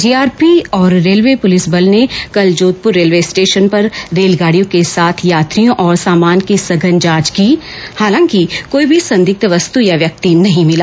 GRP और railway police बल ने कल जोधपुर रेलवे स्टेशन पर रेल गाडियों के साथ यात्रियों और सामान की सघन जांच की हालांकि कोई भी संदिग्ध वस्तु या व्यक्ति नहीं मिला